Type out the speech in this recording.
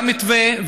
היה מתווה,